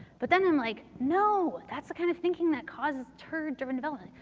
but then i'm like, no. that's the kind of thinking that causes turd driven development.